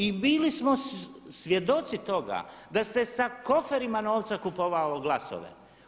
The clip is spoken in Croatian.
I bili smo svjedoci toga da se sa koferima novca kupovalo glasove.